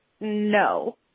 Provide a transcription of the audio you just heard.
no